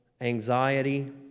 Anxiety